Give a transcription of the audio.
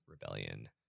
rebellion